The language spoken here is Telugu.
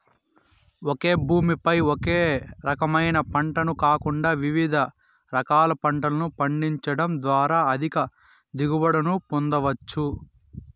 ఒకే భూమి పై ఒకే రకమైన పంటను కాకుండా వివిధ రకాల పంటలను పండించడం ద్వారా అధిక దిగుబడులను పొందవచ్చు